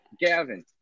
Gavin